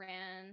Ran